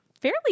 fairly